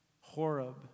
Horeb